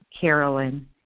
Carolyn